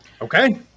Okay